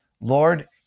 Lord